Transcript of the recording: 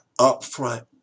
upfront